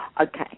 Okay